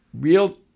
real